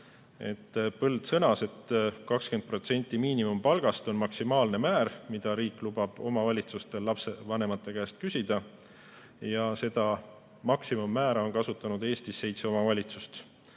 Põld sõnas, et 20% miinimumpalgast on maksimaalne määr, mida riik lubab omavalitsustel lastevanemate käest küsida. Seda maksimummäära on Eestis kasutanud seitse omavalitsust.